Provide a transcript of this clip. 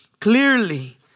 clearly